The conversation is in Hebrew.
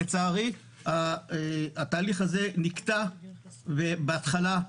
לצערי, התהליך הזה נקטע בהתחלה.